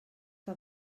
que